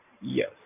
Yes